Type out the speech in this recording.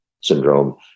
syndrome